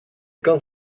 kan